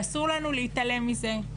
ואסור לנו להתעלם מזה.